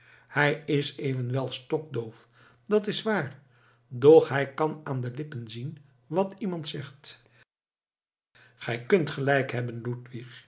hij is evenwel stokdoof dat is waar doch hij kan aan de lippen zien wat iemand zegt gij kunt gelijk hebben